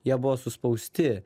jie buvo suspausti